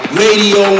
radio